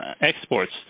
exports